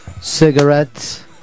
Cigarettes